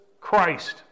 Christ